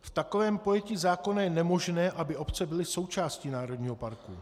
V takovém pojetí zákona je nemožné, aby obce byly součástí národního parku.